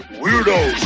weirdos